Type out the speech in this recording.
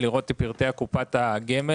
כדי לראות את פרטי קופת הגמל,